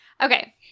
Okay